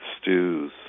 stews